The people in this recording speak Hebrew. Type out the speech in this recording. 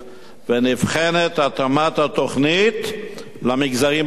ונבחנת התאמת התוכנית למגזרים השונים.